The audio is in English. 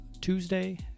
tuesday